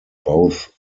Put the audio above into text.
both